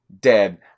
dead